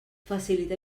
facilitar